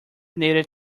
needed